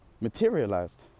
materialized